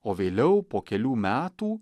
o vėliau po kelių metų